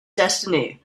destiny